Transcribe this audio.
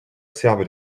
serve